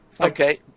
Okay